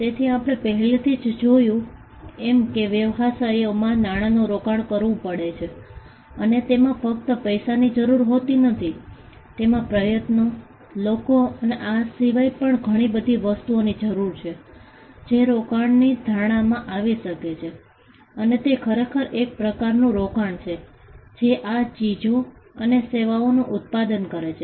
તેથી આપણે પહેલેથી જ જોયું એમ કે વ્યવસાયોમાં નાણાંનું રોકાણ કરવું પડે છે અને તેમાં ફક્ત પૈસાની જરૂર હોતી નથી તેમાં પ્રયત્નો લોકો અને આ સિવાય પણ ઘણી બધી વસ્તુઓ જરૂરી છે જે રોકાણની ધારણામાં આવી શકે છે અને તે ખરેખર એક પ્રકારનું રોકાણ છે જે આ ચીજો અને સેવાઓનું ઉત્પાદન કરે છે